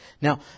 Now